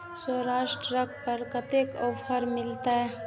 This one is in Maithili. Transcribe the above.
स्वराज ट्रैक्टर पर कतेक ऑफर मिलते?